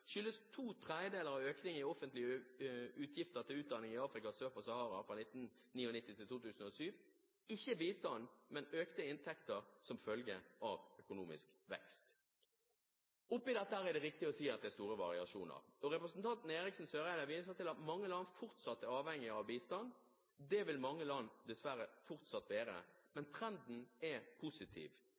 skyldes to tredjedeler av økningen i offentlige utgifter til utdanning i Afrika sør for Sahara fra 1999 til 2007 ikke bistand, men økte inntekter som følge av økonomisk vekst. Oppi dette er det riktig å si at det er store variasjoner, og representanten Eriksen Søreide viser til at mange land fortsatt er avhengige av bistand. Det vil mange land dessverre fortsatt være, men trenden er positiv.